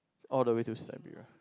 all the way to Siberia